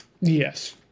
Yes